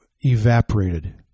evaporated